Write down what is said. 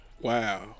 Wow